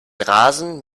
rasen